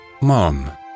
Mom